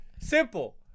Simple